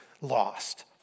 lost